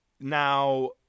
Now